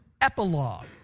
epilogue